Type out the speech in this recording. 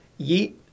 yeet